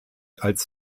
als